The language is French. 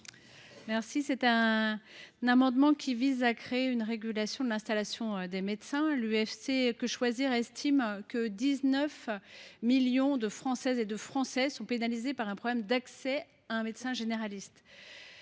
Souyris. Cet amendement vise à créer une régulation de l’installation des médecins. L’UFC Que Choisir estime que 19 millions de Françaises et de Français sont pénalisés par un problème d’accès à un médecin généraliste.